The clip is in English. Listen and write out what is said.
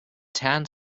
tan